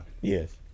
yes